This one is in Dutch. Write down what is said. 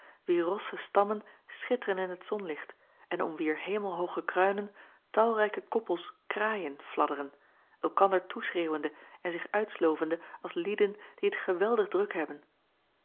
wier rosse stammen schitteren in t zonlicht en om wier hemelhooge kruinen talrijke koppels kraaien fladderen elkander toeschreeuwende en zich uitslovende als lieden die t geweldig druk hebben